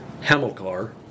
Hamilcar